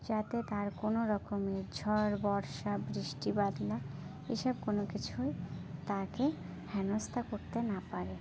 যাতে তার কোনো রকমের ঝড় বর্ষা বৃষ্টি বাদলা এ সব কোনো কিছুই তাকে হেনস্থা করতে না পারে